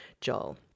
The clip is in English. Joel